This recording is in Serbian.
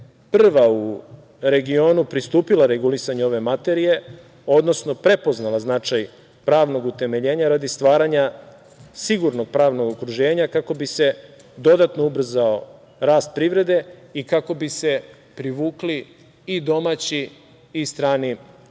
prva u regionu pristupila regulisanju ove materije, odnosno prepoznala značaj pravnog utemeljenja radi stvaranja sigurnog pravnog okruženja kako bi se dodatno ubrzao rast privrede i kako bi se privukli i domaći i strani